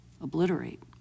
obliterate